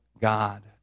God